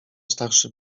starszy